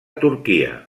turquia